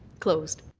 closed.